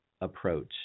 approach